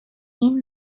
این